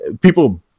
People